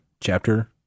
chapter